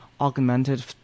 augmented